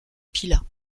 pilat